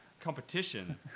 competition